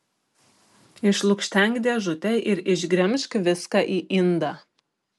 išlukštenk dėžutę ir išgremžk viską į indą